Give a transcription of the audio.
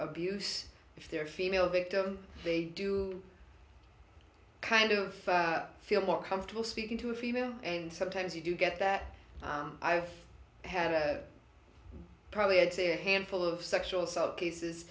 views if they're female victim they do kind of feel more comfortable speaking to a female and sometimes you do get that i've had probably i'd say a handful of sexual assault cases